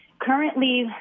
Currently